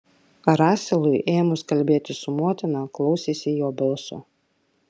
raselui ėmus kalbėti su motina klausėsi jo balso